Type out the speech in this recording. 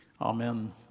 Amen